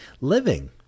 living